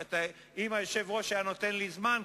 אם היושב-ראש היה נותן לי זמן,